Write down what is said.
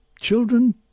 children